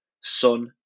son